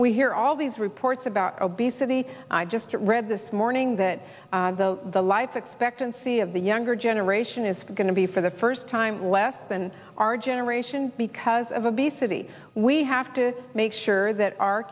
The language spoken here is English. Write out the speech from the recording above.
we hear all these reports about obesity i just read this morning that the the life expectancy of the younger generation is going to be for the first time less than our generation because of obesity we have to make sure that our